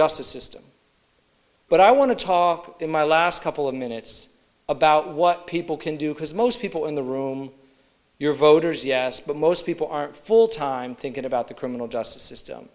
justice system but i want to talk in my last couple of minutes about what people can do because most people in the room you're voters yes but most people aren't full time thinking about the criminal justice system